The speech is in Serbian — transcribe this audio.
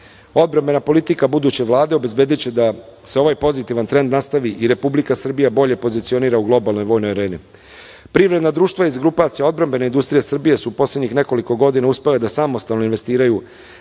Odbrambena politika buduće Vlade obezbediće da se ovaj pozitivan trend nastavi i Republika Srbija bolje pozicionira u globalnoj vojnoj areni. Privredna društva iz grupacije odbrambene industrije Srbije su u poslednjih nekoliko godina uspela da samostalno investiraju